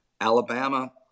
Alabama